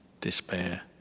despair